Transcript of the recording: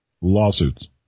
lawsuits